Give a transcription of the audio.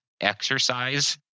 exercise